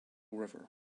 river